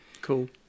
cool